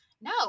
No